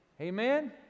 Amen